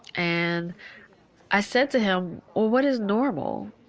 and i said to him, well what is normal?